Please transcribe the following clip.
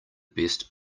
best